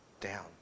down